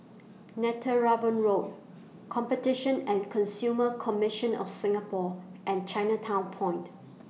Netheravon Road Competition and Consumer Commission of Singapore and Chinatown Point